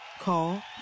Call